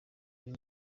ari